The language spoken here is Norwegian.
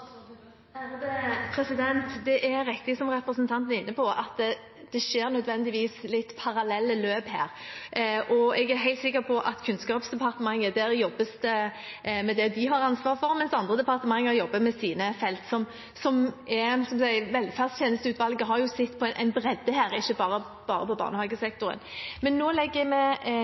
Det er riktig, som representanten er inne på, at det skjer nødvendigvis litt parallelle løp her. Jeg er helt sikker på at det i Kunnskapsdepartementet jobbes med det de har ansvaret for, mens andre departementer jobber med sine felt. Velferdstjenesteutvalget har jo sett på en bredde, ikke bare på barnehagesektoren. Vi legger nå rapporten ut på høring. Det er en stor og tykk rapport. Det skal selvfølgelig være normal høringsfrist på den. Så må vi